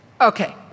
Okay